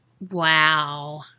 Wow